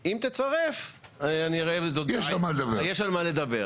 אם לא, אנחנו נגיש את התוכנית.